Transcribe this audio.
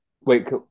Wait